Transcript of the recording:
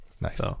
Nice